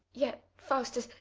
yet, faustus,